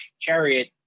chariot